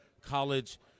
college